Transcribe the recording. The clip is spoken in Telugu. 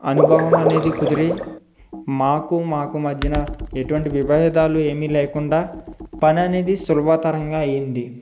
అనుభవం అనేది కుదిరి మాకు మాకు మధ్యన ఎటువంటి విభేదాలు ఏమీ లేకుండా పని అనేది సులభతరంగా అయింది